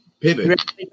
pivot